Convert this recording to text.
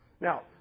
Now